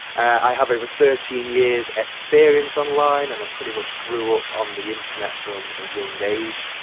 i have over thirteen years experience online and pretty much grew up on the internet from a young age.